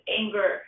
anger